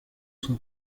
son